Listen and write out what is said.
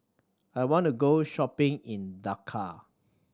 I want to go shopping in Dakar